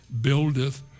buildeth